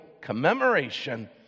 commemoration